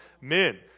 men